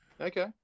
Okay